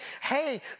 hey